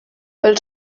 pel